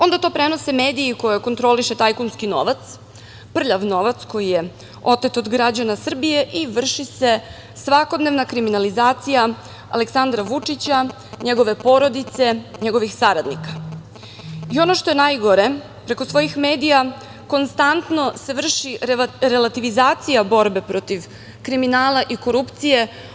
Onda to prenose mediji koje kontroliše tajkunski novac, prljav novac, koji je otet od građana Srbije i vrši se svakodnevna kriminalizacija Aleksandra Vučića, njegove porodice, njegovih saradnika i, ono što je najgore, preko svojih medija konstantno se vrši revitalizacija borbe protiv kriminala i korupcije.